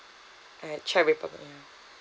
at czech republic ya